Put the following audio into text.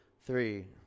three